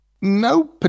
no